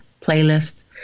playlist